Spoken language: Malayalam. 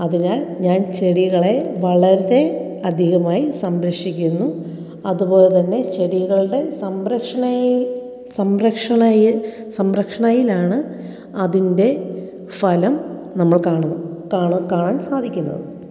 അതിനാല് ഞാന് ചെടികളെ വളരെ അധികമായി സംരക്ഷിക്കുന്നു അതുപോലെ തന്നെ ചെടികളുടെ സംരക്ഷണയില് സംരക്ഷണയില് സംരക്ഷണയിലാണ് അതിന്റെ ഫലം നമ്മള് കാണുന്നത് കാണാന് കാണാന് സാധിക്കുന്നത്